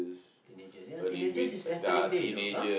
teenagers ya teenagers is a happening day you know !huh!